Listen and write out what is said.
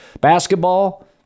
Basketball